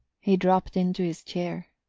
he dropped into his chair.